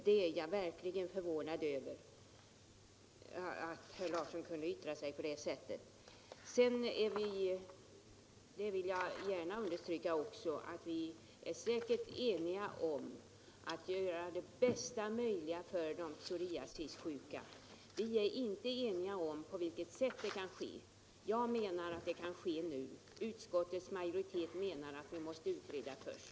Jag är verkligen förvånad över att herr Larsson kan uttrycka sig på det sättet. Jag vill gärna understryka att vi säkert är eniga om att försöka göra det bästa möjliga för de psoriasissjuka. Vi är däremot inte eniga om på vilket sätt det kan ske. Jag menar att det skall ske nu. Utskottsmajoriteten menar att vi först måste utreda frågan.